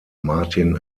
martin